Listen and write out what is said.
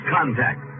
Contact